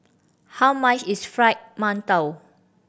how much is Fried Mantou